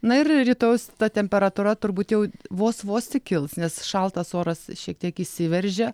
na ir rytojaus ta temperatūra turbūt jau vos vos tik kils nes šaltas oras šiek tiek įsiveržia